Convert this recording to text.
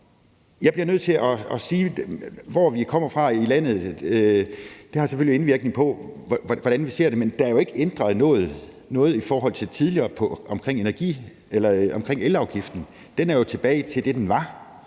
Jeg bliver nødt til at sige, at hvor vi kommer fra i landet, selvfølgelig har indvirkning på, hvordan vi ser på det, men der er jo ikke ændret noget i forhold til tidligere omkring elafgiften. Den er jo kommet tilbage på det, den var